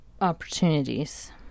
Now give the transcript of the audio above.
opportunities